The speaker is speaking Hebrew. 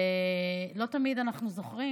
ולא תמיד אנחנו זוכרים.